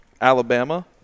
Alabama